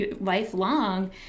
lifelong